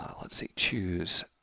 um let's see, choose